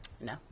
No